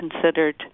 considered